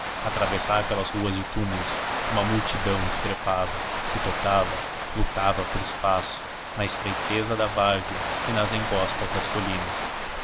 atravessar pelas ruas de túmulos uma multidão que trepava se tocava lutava por espaço na estreiteza da várzea e nas encostas das colinas